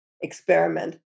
experiment